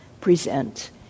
present